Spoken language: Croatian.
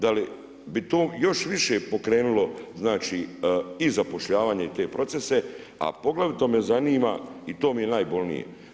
Da li bi to još više pokrenulo znači i zapošljavanje i te procese, a poglavito me zanima i to mi je najbolnije.